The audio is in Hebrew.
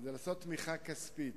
כדי לתת תמיכה כספית,